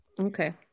Okay